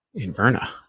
Inverna